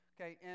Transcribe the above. Okay